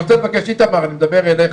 איתמר, אני מדבר אליך.